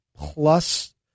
plus